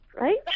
Right